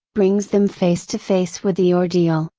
brings them face to face with the ordeal,